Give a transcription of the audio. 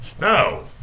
No